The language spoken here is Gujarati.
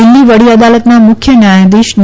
દિલ્ફી વડી અદાલતના મુખ્ય ન્યાયાધીશ ડી